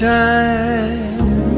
time